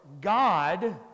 God